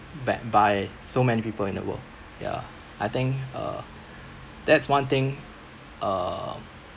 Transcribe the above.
backed by so many people in the world ya I think uh that's one thing um